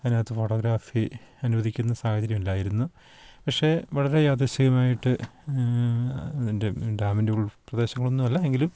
അതിനകത്ത് ഫോട്ടോഗ്രാഫി അനുവദിക്കുന്ന സാഹചര്യം ഇല്ലായിരുന്നു പക്ഷെ വളരെ യാദൃശ്ചികമായിട്ട് അതിൻ്റെ ഡാമിൻ്റെ ഉൾപ്രദേശങ്ങളൊന്നുമില്ല എങ്കിലും